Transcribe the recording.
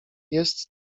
jest